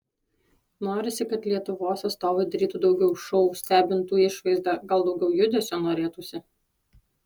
norisi kad lietuvos atstovai darytų daugiau šou stebintų išvaizda gal daugiau judesio norėtųsi